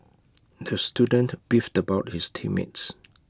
the student beefed about his team mates